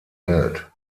welt